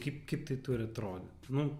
kaip kaip tai turi atrodyt nu